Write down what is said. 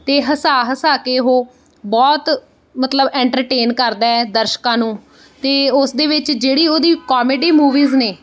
ਅਤੇ ਹਸਾ ਹਸਾ ਕੇ ਉਹ ਬਹੁਤ ਮਤਲਬ ਐਂਟਰਟੇਨ ਕਰਦਾ ਦਰਸ਼ਕਾਂ ਨੂੰ ਅਤੇ ਉਸ ਦੇ ਵਿੱਚ ਜਿਹੜੀ ਉਹਦੀ ਕਾਮੇਡੀ ਮੂਵੀਜ਼ ਨੇ